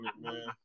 man